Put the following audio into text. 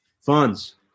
funds